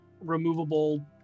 removable